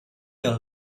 the